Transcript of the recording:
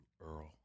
Earl